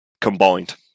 combined